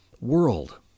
World